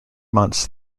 months